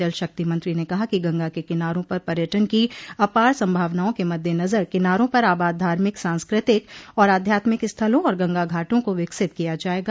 जल शक्ति मंत्री ने कहा कि गंगा के किनारों पर पर्यटन की अपार संभावनाओं के मद्देनजर किनारों पर आबाद धार्मिक सांस्कृतिक और आध्यात्मिक स्थलों और गंगा घाटों को विकसित किया जायेगा